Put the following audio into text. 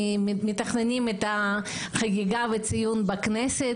מתכננים חקיקה וציון בכנסת.